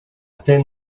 thin